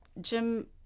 Jim